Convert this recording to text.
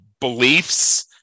beliefs